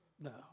No